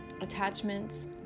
attachments